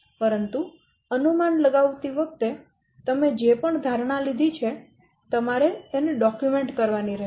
પરંતુ અનુમાન લગાવતી વખતે તમે જે પણ ધારણા લીધી છે તમારે તેને ડોક્યુમેન્ટ કરવાની રહેશે